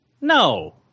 No